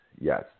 Yes